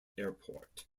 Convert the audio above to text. airport